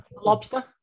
lobster